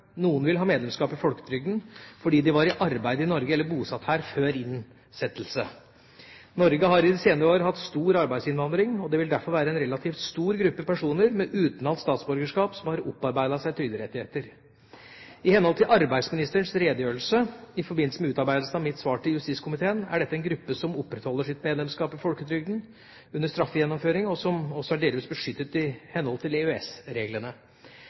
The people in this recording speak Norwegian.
Noen vil ha medlemskap i folketrygden fordi de var i arbeid i Norge eller bosatt her før innsettelse. Norge har i de senere år hatt stor arbeidsinnvandring, og det vil derfor være en relativt stor gruppe personer med utenlandsk statsborgerskap som har opparbeidet seg trygderettigheter. I henhold til arbeidsministerens redegjørelse i forbindelse med utarbeidelsen av mitt svar til justiskomiteen er dette en gruppe som opprettholder sitt medlemskap i folketrygden under straffegjennomføring, og som også er delvis beskyttet i henhold til